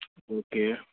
okay